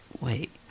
wait